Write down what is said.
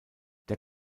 der